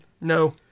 No